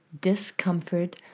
discomfort